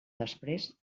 després